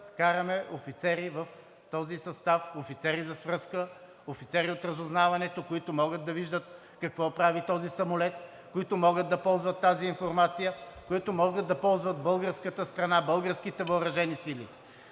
вкараме офицери в този състав, офицери за свръзка, офицери от разузнаването, които могат да виждат какво прави този самолет, които могат да ползват тази информация, които могат да ползват българската страна, българските въоръжени сили.